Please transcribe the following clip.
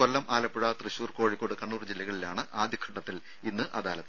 കൊല്ലം ആലപ്പുഴ തൃശൂർ കോഴിക്കോട് കണ്ണൂർ ജില്ലകളിലാണ് ആദ്യഘട്ടത്തിൽ ഇന്ന് അദാലത്ത്